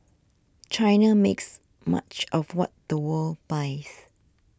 China makes much of what the world buys